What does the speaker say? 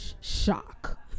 shock